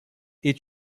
est